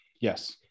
Yes